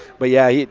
but yeah,